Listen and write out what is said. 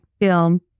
film